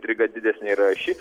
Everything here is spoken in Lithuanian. intriga didesnė yra ši